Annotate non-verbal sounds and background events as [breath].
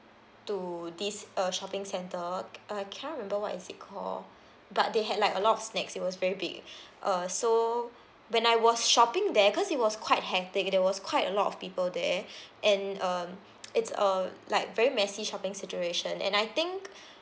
to this uh shopping centre I cannot remember what is it called but they had like a lot of snacks it was very big uh so when I was shopping there because it was quite hectic there was quite a lot of people there [breath] and um it's a like very messy shopping situation and I think